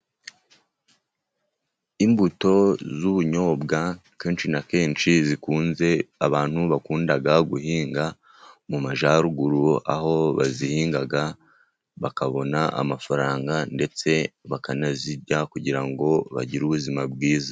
Imbuto z'ubunyobwa kenshi na kenshi zikunze, abantu bakunda guhinga mu Majyaruguru, aho bazihinga bakabona amafaranga, ndetse bakanazirya, kugira ngo bagire ubuzima bwiza.